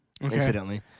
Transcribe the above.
incidentally